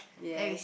yes